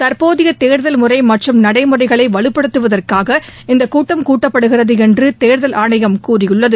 தற்போதைய தேர்தல் முறை மற்றும் நடைமுறைகளை வலுப்படுத்துவதற்காக இந்த கூட்டம் கூட்டப்படுகிறது என்று தேர்தல் ஆணையம் கூறியுள்ளது